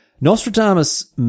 Nostradamus